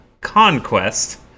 Conquest